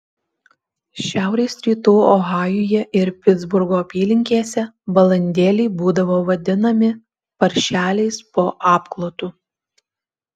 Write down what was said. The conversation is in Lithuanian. šiaurės rytų ohajuje ir pitsburgo apylinkėse balandėliai būdavo vadinami paršeliais po apklotu